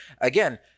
again